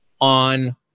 on